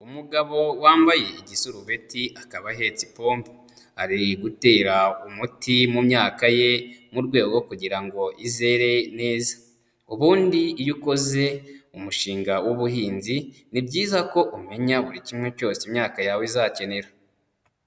Umugabo wambaye igisurubeti akaba ahetse ipombo, ari gutera umuti mu myaka ye mu rwego rwo kugira ngo izere neza, ubundi iyo ukoze umushinga w'ubuhinzi ni byiza ko umenya buri kimwe cyose imyaka yawe izakenera.